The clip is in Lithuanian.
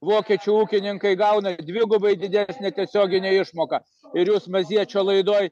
vokiečių ūkininkai gauna dvigubai didesnę tiesioginę išmoką ir jūs maziečio laidoj